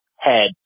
head